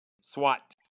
SWAT